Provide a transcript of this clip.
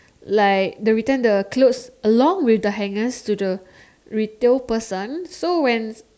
like they return the clothes along with the clothes to the retail person so when